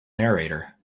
narrator